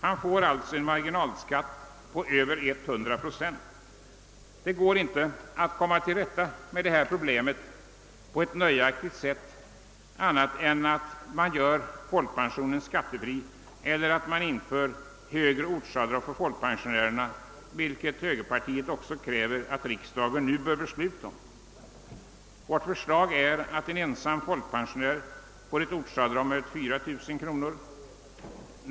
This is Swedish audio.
Han får alltså en marginalskatt på över 100 procent. Det går inte att nöjaktigt komma till rätta med detta problem på annat sätt än genom att göra folkpensionen skattefri eller införa högre ortsavdrag för folkpensionärerna, vilket högerpartiet kräver att riksdagen skall fatta beslut om. Vårt förslag är att en ensamstående folkpensionär får ett ortsavdrag med 4000 kronor.